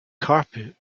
carpet